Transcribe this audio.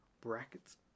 Brackets